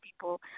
people